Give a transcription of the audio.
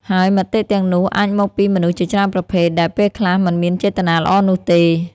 ហើយមតិទាំងនោះអាចមកពីមនុស្សជាច្រើនប្រភេទ ដែលពេលខ្លះមិនមានចេតនាល្អនោះទេ។